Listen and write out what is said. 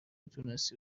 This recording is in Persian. تونستی